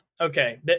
Okay